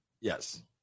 yes